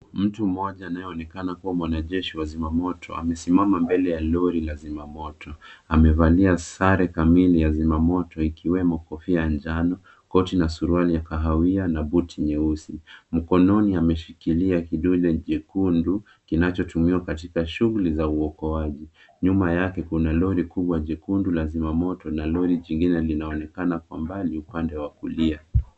Mtu mmoja anayeonekana kuwa mwanajeshi wa zimamoto amesimama mbele ya lori la zimamoto. Amevalia sare kamili ya zimamoto ikiwemo kofia ya njano, koti na suruali ya kahawia na buti nyeusi. Mkononi ameshikilia kidunde chekundu kinachotumiwa katika shughuli za uokoaji. Nyuma yake kuna lori kubwa jekundu la zimamoto na lori jingine linaonekana kwa mbali upande wa kulia.